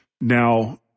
Now